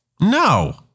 No